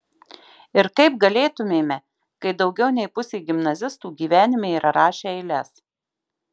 ir kaip galėtumėme kai daugiau nei pusė gimnazistų gyvenime yra rašę eiles